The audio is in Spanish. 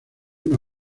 una